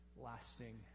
lasting